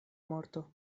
morto